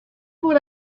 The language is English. what